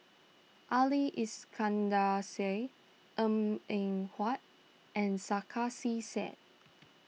Ali Iskandar Shah Eng in Huat and Sarkasi Said